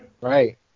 Right